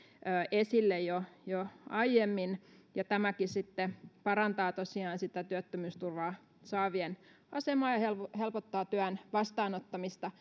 esille jo jo aiemmin tämäkin parantaa tosiaan sitä työttömyysturvaa saavien asemaa ja ja helpottaa työn vastaanottamista